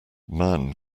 man